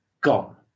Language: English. Gone